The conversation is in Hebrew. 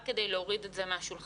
רק כדי להוריד את זה מהשולחן.